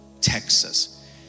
Texas